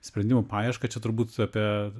sprendimų paieška čia turbūt apie